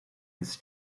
his